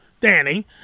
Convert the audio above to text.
Danny